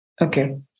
Okay